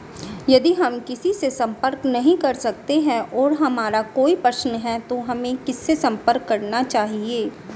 यदि हम किसी से संपर्क नहीं कर सकते हैं और हमारा कोई प्रश्न है तो हमें किससे संपर्क करना चाहिए?